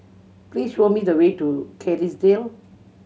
please show me the way to Kerrisdale